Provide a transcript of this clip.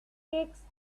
takes